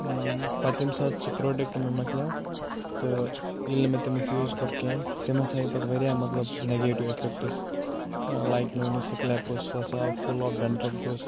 پَتہٕ ییٚمہِ ساتہٕ سُہ پروڈَکٹ مےٚ مۄکلیٚو تہٕ ییٚلہِ نہٕ مےٚ تمیُک یوٗز کوٚر کِہیٖنۍ تٔمۍ ہَسا ہٲو پَتہٕ واریاہ مطلب نیٚگیٹِو اِفیٚکٹٕس لایک میون یُس سِکلیپ اوس سُہ ہَسا آو فُل آف ڈینڈرَف گوٚو سُہ